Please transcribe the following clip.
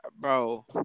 Bro